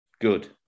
Good